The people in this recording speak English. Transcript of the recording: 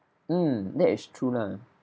um that is true lah